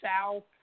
south